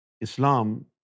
Islam